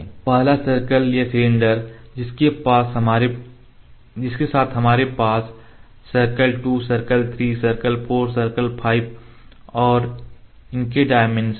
पहला सर्कल या सिलेंडर जिसके साथ हमारे पास सर्कल 2 सर्कल 3 सर्कल 4 सर्कल 5 हैं और इनके डाइमेंशंस